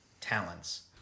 talents